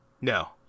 No